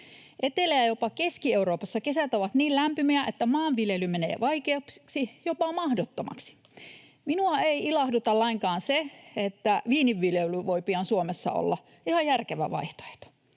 Etelä- ja jopa Keski-Euroopassa kesät ovat niin lämpimiä, että maanviljely menee vaikeaksi, jopa mahdottomaksi. Minua ei ilahduta lainkaan se, että viininviljely voi pian Suomessa olla ihan järkevä vaihtoehto.